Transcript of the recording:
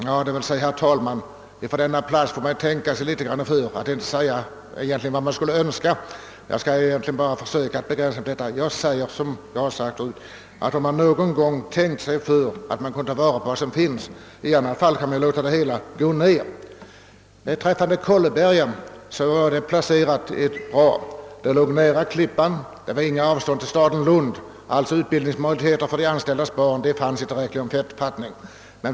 Ja, herr talman, när man talar från denna plats får man ju tänka sig för, och man kan egentligen inte säga vad man skulle önska. Jag skall därför endast upprepa vad jag sade tidigare att man någon gång bör tänka sig för och ta vara på vad som finns. Kolleberga var mycket bra placerat. Det låg nära Klippan, avståndet till staden Lund var litet och utbildningsmöjligheter för de anställdas barn fanns sålunda i tillräcklig omfattning.